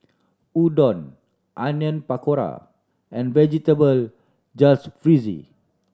Udon Onion Pakora and Vegetable Jalfrezi